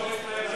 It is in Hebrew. איזה חברות?